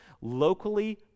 locally